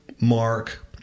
Mark